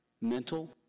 mental